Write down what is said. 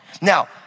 Now